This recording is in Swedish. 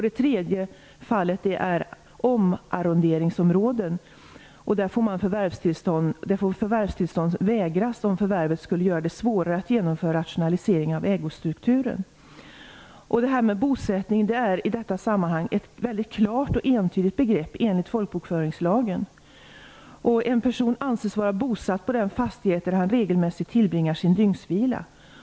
Det tredje fallet är omarronderingsområden. Där får förvärvstillstånd vägras om förvärvet skulle göra det svårare att genomföra rationaliseringar av ägostrukturen. Bosättning i detta sammanhang är enligt folkbokföringslagen ett väldigt klart och entydigt begrepp. En person anses vara bosatt på den fastighet där regelmässigt tillbringar sin dygnsvila.